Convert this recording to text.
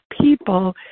people